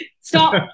Stop